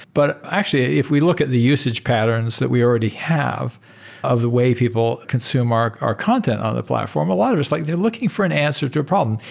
but actually, if we look at the usage patterns that we already have of the way people consume our our content on the platform, a lot of it is like they're looking for an answer to a problem.